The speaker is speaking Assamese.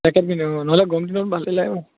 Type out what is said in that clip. পেকেট কিনোঁ আৰু নহ'লে গৰমদিনত ভালেই লাগে আৰু